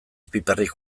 piperrik